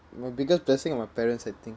my biggest blessing are my parents I think